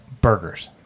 Burgers